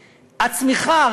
הצמיחה,